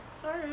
Sorry